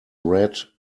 read